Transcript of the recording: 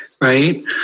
Right